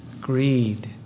Greed